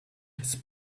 his